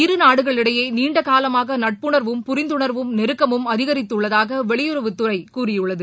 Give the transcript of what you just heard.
இருநாடுகளிடையே நீண்டகாலமாக நட்புணர்வும் புரிந்துணர்வும் நெருக்கமும் அதிகரித்துள்ளதாக வெளியுறவுத்துறை கூறியுள்ளது